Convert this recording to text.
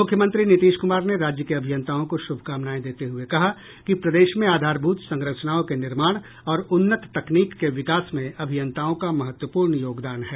मुख्यमंत्री नीतीश कुमार ने राज्य के अभियंताओं को शुभकामनाएं देते हुए कहा कि प्रदेश मे आधारभूत संरचनाओं के निर्माण और उन्नत तकनीक के विकास में अभियंताओं का महत्वपूर्ण योगदान है